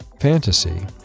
Fantasy